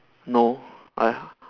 no I